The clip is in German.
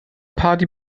party